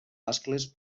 ascles